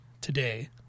today